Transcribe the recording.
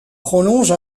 prolonge